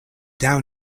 down